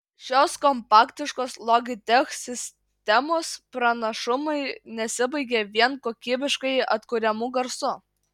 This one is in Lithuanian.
šios kompaktiškos logitech sistemos pranašumai nesibaigia vien kokybiškai atkuriamu garsu